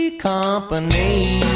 company